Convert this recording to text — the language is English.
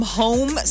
home